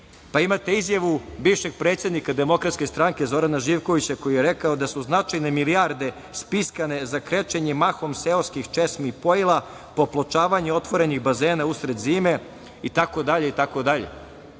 Pa imate izjavu bivšeg predsednika DS Zorana Živkovića koji je rekao da su značajne milijarde spiskane za krečenje mahom seoskih česmi i pojila, popločavanje otvorenih bazena usled zime itd.